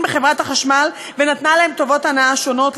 בחברת החשמל ונתנה להם טובות הנאה שונות,